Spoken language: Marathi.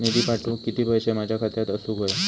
निधी पाठवुक किती पैशे माझ्या खात्यात असुक व्हाये?